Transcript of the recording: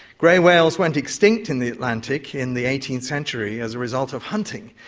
grey whales went extinct in the atlantic in the eighteenth century as a result of hunting.